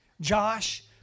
Josh